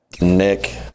Nick